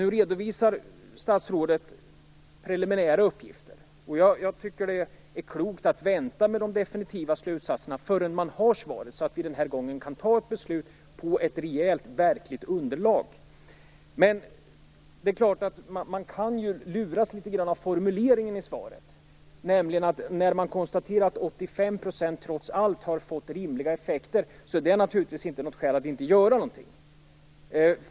Statsrådet redovisade preliminära uppgifter, och jag tycker att det är klokt att vänta med de definitiva slutsatserna tills man har svaret, så att vi den här gången kan fatta ett beslut grundat på ett rejält, verkligt underlag. Men man kan luras något av formuleringen i svaret. Där konstateras att 85 % trots allt har fått rimliga effekter, men det är naturligtvis inte något skäl att inte göra någonting.